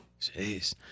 Jeez